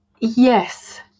Yes